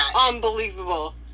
unbelievable